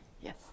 yes